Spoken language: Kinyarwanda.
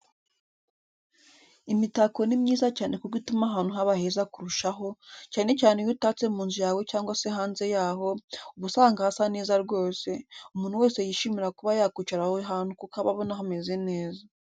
Imitako ni myiza cyane kuko ituma ahantu haba heza kurushaho, cyane cyane iyo utatse mu nzu yawe cyangwa se hanze yaho, uba usanga hasa neza rwose, umuntu wese yishimira kuba yakwicara aho hantu kuko aba abona hameze neza.